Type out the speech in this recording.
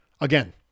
Again